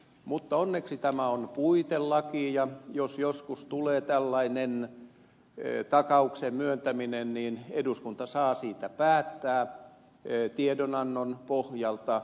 mutta onneksi tämä on puitelaki ja jos joskus tulee tällainen takauksen myöntäminen niin eduskunta saa siitä päättää tiedonannon pohjalta